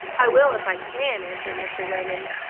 i will if i can, answered mr. raymond.